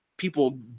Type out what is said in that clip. people